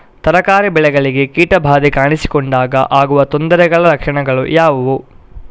ತರಕಾರಿ ಬೆಳೆಗಳಿಗೆ ಕೀಟ ಬಾಧೆ ಕಾಣಿಸಿಕೊಂಡಾಗ ಆಗುವ ತೊಂದರೆಗಳ ಲಕ್ಷಣಗಳು ಯಾವುವು?